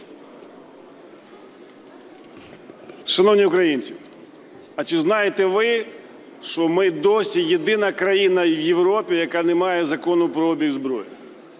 Шановні українці, а чи знаєте ви, що ми досі єдина країна в Європі, яка не має закону про обіг зброї?